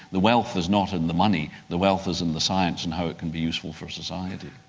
the wealth is not in the money. the wealth is in the science and how it can be useful for society.